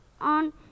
on